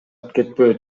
кетпөө